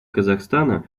казахстана